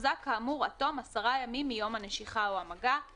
יוחזק כאמור עד תום עשרה ימים מיום הנשיכה או המגע.";